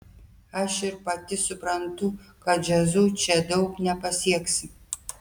aš ir pati suprantu kad džiazu čia daug nepasieksi